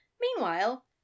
Meanwhile